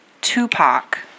Tupac